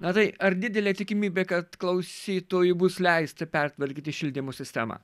na tai ar didelė tikimybė kad klausytojui bus leisti pertvarkyti šildymo sistemą